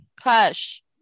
hush